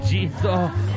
Jesus